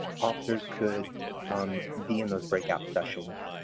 officers could um be in those breakout sessions.